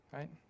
Right